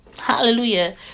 Hallelujah